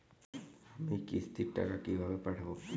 আমি কিস্তির টাকা কিভাবে পাঠাব?